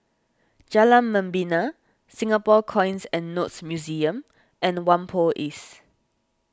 Jalan Membina Singapore Coins and Notes Museum and Whampoa East